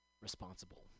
responsible